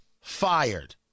fired